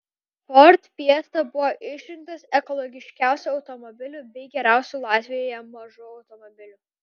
ford fiesta buvo išrinktas ekologiškiausiu automobiliu bei geriausiu latvijoje mažu automobiliu